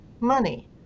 money